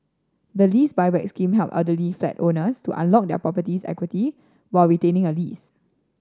the Lease Buyback Scheme help elderly flat owners to unlock their property's equity while retaining a lease